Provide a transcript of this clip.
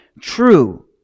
true